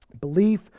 Belief